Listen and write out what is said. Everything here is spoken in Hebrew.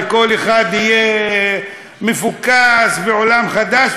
וכל אחד יהיה מפוקס ו-עולם חדש,